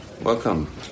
welcome